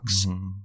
-hmm